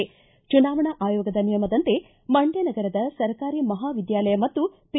ಚುನಾವಣಾ ಆಯೋಗದ ನಿಯಮದಂತೆ ಮಂಡ್ಯ ನಗರದ ಸರ್ಕಾರಿ ಮಹಾ ವಿದ್ಯಾಲಯ ಮತ್ತು ಪಿ